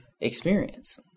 experience